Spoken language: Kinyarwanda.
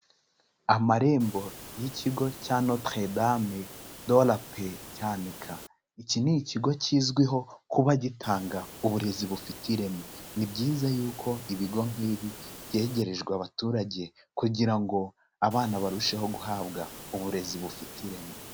Amarembo y'ikigo cya Notre Dame de la Paix Cyanika, iki ni ikigo kizwiho kuba gitanga uburezi bufite ireme, ni byiza y'uko ibigo nk'ibi byegerejwe abaturage kugira ngo abana barusheho guhabwa uburezi bufite ireme,